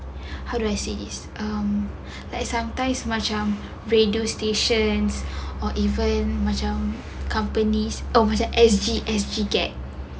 how do I say this like sometimes macam radio station or even macam company oh macam S_G S_G gag